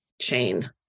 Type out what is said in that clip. chain